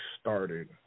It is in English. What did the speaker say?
started